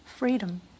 Freedom